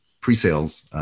pre-sales